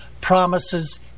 promises